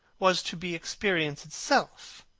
was to be experience itself,